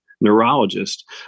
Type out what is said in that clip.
neurologist